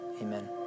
amen